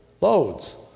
loads